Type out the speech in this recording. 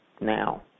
now